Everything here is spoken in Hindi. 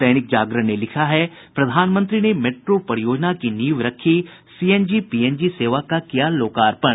दैनिक जागरण ने लिखा है प्रधानमंत्री ने मेट्रो परियोजना की नींव रखी सीएनजी पीएनजी सेवा का किया लोकार्पण